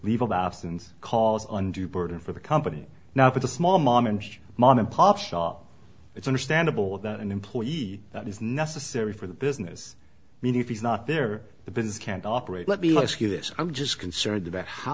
leave of absence cause undue burden for the company now for the small mom and mom and pop shop it's understandable that an employee that is necessary for the business i mean if he's not there the bins can't operate let me ask you this i'm just concerned about how